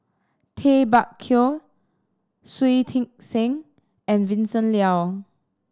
Tay Bak Koi Shui Tit Sing and Vincent Leow